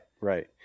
right